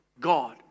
God